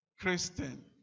Christian